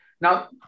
Now